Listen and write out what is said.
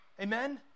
Amen